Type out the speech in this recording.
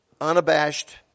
Unabashed